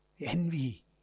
Envy